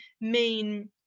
main